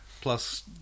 Plus